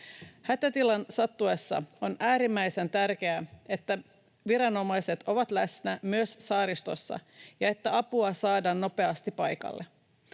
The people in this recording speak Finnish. Hätätilan sattuessa on äärimmäisen tärkeää, että viranomaiset ovat läsnä myös saaristossa ja että apua saadaan nopeasti paikalle.